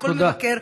לכל מבקר,